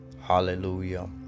hallelujah